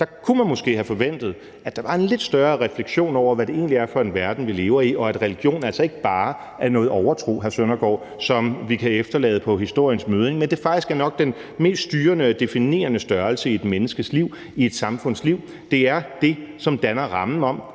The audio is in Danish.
kunne man måske have forventet, at der var en lidt større refleksion over, hvad det egentlig er for en verden, vi lever i, og at religion altså ikke bare er noget overtro, hr. Søren Søndergaard, som vi kan efterlade på historiens mødding, men at det faktisk nok er den mest styrende og definerende størrelse i et menneskes liv, i et samfunds liv, og det er det, som danner rammen om,